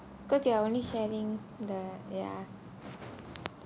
because you're only sharing the ya